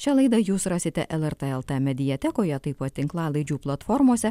šią laidą jūs rasite lrt lt mediatekoje taip pat tinklalaidžių platformose